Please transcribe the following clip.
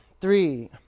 three